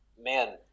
man